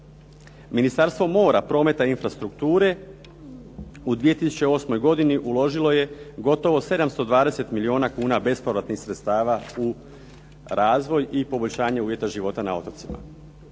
Ministarstvo mora, prometa i infrastrukture u 2008. godini uložilo je gotovo 720 milijuna kuna bespovratnih sredstava u razvoj i poboljšanje uvjeta života na otocima.